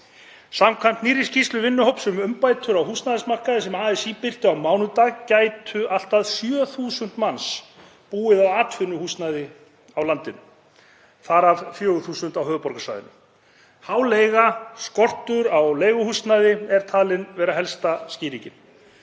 Samkvæmt nýrri skýrslu vinnuhóps um umbætur á húsnæðismarkaði, sem ASÍ birti á mánudag, gætu allt að 7.000 manns búið í atvinnuhúsnæði á landinu, þar af 4.000 á höfuðborgarsvæðinu. Há leiga og skortur á leiguhúsnæði er talin vera helsta skýringin.